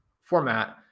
format